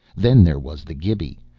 then there was the gibi,